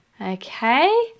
Okay